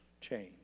change